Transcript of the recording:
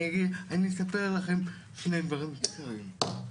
אני אספר לכם שני דברים קצרים.